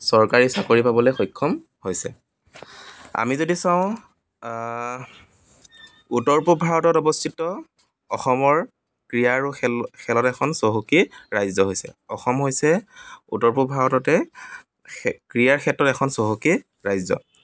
চৰকাৰী চাকৰি পাবলৈ সক্ষম হৈছে আমি যদি চাওঁ উত্তৰপূব ভাৰতত অৱস্থিত অসমৰ ক্ৰীড়া আৰু খেল খেলত এখন চহকী ৰাজ্য হৈছে অসম হৈছে উত্তৰ পূৱ ভাৰততে ক্ৰীড়াৰ ক্ষেত্ৰত এখন চহকী ৰাজ্য